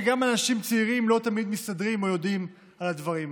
גם אנשים צעירים לא תמיד מסתדרים או יודעים על הדברים האלו.